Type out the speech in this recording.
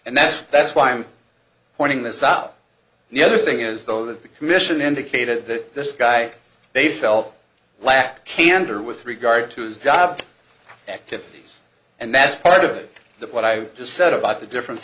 and that's that's why i'm pointing this out the other thing is though that the commission indicated that this guy they felt lacked candor with regard to his job activities and that's part of that what i just said about the difference